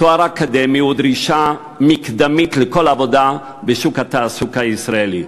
תואר אקדמי הוא דרישה מקדמית לכל עבודה בשוק התעסוקה הישראלי.